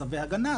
צווי הגנה,